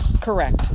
Correct